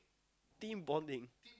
team bonding